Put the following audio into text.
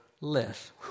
less